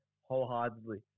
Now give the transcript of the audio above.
wholeheartedly